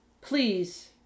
please